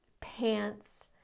pants